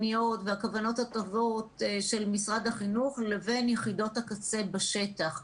והכוונות הטובות של משרד החינוך לבין יחידות הקצה בשטח.